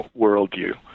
worldview